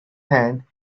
hand